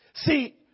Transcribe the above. See